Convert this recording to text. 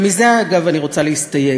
ומזה, אגב, אני רוצה להסתייג.